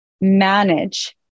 manage